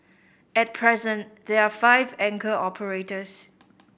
at present there are five anchor operators